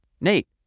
Nate